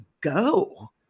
go